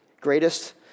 greatest